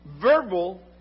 verbal